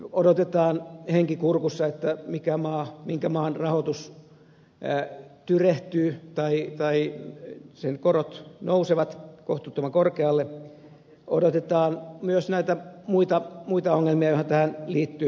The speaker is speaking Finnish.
odotetaan henki kurkussa minkä maan rahoitus tyrehtyy tai korot nousevat kohtuuttoman korkealle odotetaan myös näitä muita ongelmia joita tähän liittyy